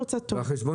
אחר.